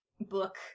book